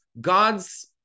God's